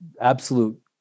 absolute